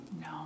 No